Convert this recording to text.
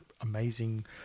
amazing